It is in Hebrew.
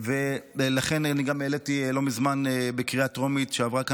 לכן לא מזמן העליתי בקריאה טרומית,